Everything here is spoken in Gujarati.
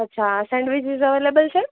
અચ્છા સેન્ડવીચીસ અવેલેબલ છે